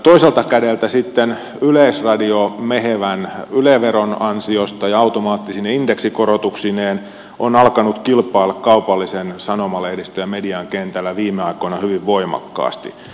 toiselta kädeltä sitten yleisradio mehevän yle veron ansiosta ja automaattisine indeksikorotuksineen on alkanut kilpailla kaupallisen sanomalehdistön ja median kentällä viime aikoina hyvin voimakkaasti